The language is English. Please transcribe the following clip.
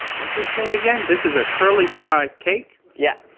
what's this thing again? this is a curly fry cake? yeah.